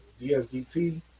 dsdt